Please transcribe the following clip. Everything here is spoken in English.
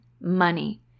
money